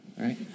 right